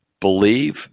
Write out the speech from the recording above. believe